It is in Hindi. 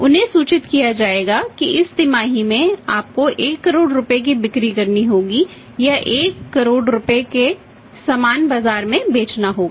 उन्हें सूचित किया जाएगा कि इस तिमाही में आपको 1 करोड़ रुपये की बिक्री करनी होगी या 1 करोड़ रुपये का सामान बाजार में बेचना होगा